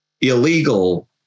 illegal